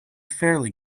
fairly